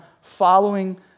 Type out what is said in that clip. following